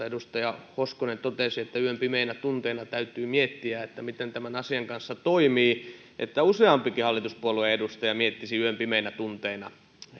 edustaja hoskonen totesi että yön pimeinä tunteina täytyy miettiä miten tämän asian kanssa toimii että useampikin hallituspuolueiden edustaja miettisi yön pimeinä tunteina